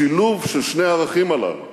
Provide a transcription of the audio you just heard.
השילוב של שני הערכים הללו: